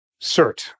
cert